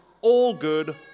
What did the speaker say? all-good